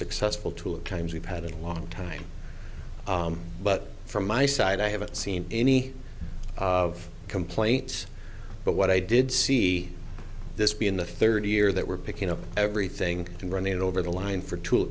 successful tool times we've had in a long time but from my side i haven't seen any of complaints but what i did see this being the third year that we're picking up everything and running over the line for tool